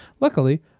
luckily